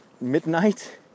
midnight